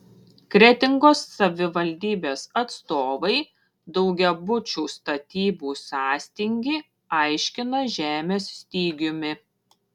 kretingos savivaldybės atstovai daugiabučių statybų sąstingį aiškina žemės stygiumi